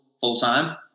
full-time